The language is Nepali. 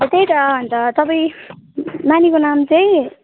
त्यही त अन्त तपाईँ नानीको नाम चाहिँ